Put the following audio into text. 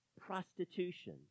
prostitution